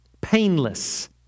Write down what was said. painless